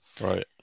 right